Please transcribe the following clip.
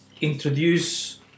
introduce